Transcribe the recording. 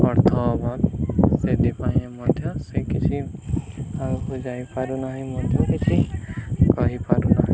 ଅର୍ଥ ଅଭାବ ସେଥିପାଇଁ ମଧ୍ୟ ସେ କିଛି ଆଗକୁ ଯାଇପାରୁନାହିଁ ମଧ୍ୟ କିଛି କହିପାରୁନାହିଁ